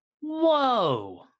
Whoa